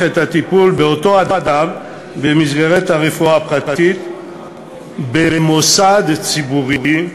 את הטיפול באותו אדם במסגרת הרפואה הפרטית במוסד ציבורי,